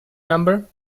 number